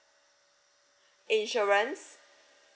insurance